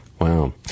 Wow